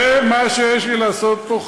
זה מה שיש לי לעשות פה,